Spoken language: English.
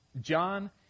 john